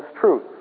truth